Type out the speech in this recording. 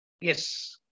Yes